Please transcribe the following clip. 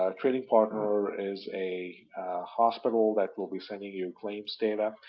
ah trading partner is a hospital that will be sending you claims data.